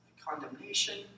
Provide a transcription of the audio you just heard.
condemnation